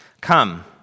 come